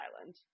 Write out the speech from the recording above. island